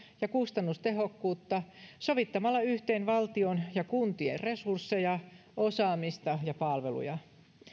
ja kustannustehokkuutta sovittamalla yhteen valtion ja kuntien resursseja osaamista ja palveluja